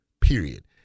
period